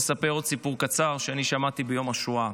לספר עוד סיפור קצר ששמעתי ביום השואה,